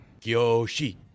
Kyoshi